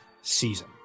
season